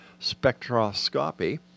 spectroscopy